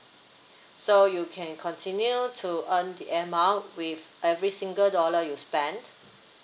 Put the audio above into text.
so you can continue to earn the air mile with every single dollar you spent